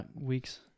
weeks